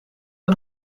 een